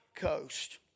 coast